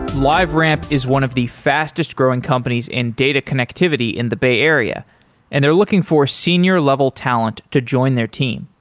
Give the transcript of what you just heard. liveramp is one of the fastest growing companies in data connectivity in the bay area and they're looking for senior level talent to join their team.